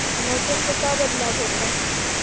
मौसम से का बदलाव होता है?